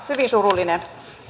hyvin surullinen